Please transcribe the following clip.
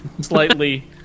slightly